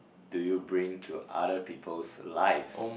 do you bring to other people's lives